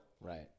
Right